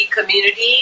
community